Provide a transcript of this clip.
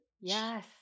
Yes